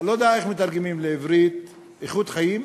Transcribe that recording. אני לא יודע איך מתרגמים את זה לעברית: איכות חיים?